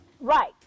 right